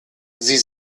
sie